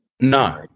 No